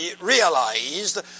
realized